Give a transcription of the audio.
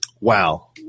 wow